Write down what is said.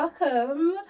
Welcome